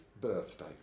birthday